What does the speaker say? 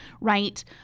right